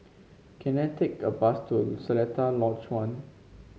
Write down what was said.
can I take a bus to Seletar Lodge One